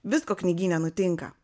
visko knygyne nutinka